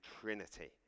Trinity